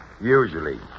usually